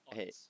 Hey